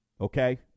okay